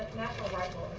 national rifle